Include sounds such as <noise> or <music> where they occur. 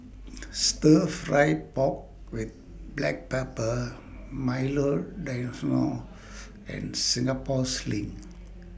Stir Fry Pork with Black Pepper Milo <unintelligible> and Singapore Sling